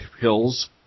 hills